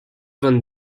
von